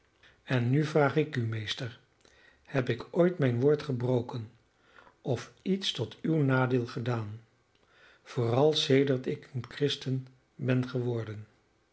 en nu vraag ik u meester heb ik ooit mijn woord gebroken of iets tot uw nadeel gedaan vooral sedert ik een christen ben geworden